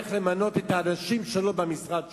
הולך למנות את האנשים שלו במשרד שלו.